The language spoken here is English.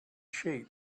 sheep